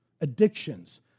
Addictions